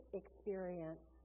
experience